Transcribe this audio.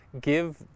give